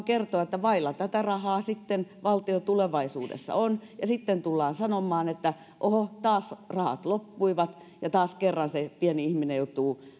kertoa että vailla tätä rahaa valtio tulevaisuudessa on ja sitten tullaan sanomaan että oho taas rahat loppuivat ja taas kerran se pieni ihminen joutuu